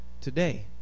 today